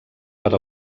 per